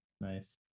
nice